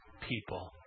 people